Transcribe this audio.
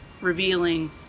revealing